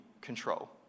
control